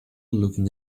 looking